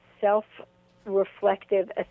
self-reflective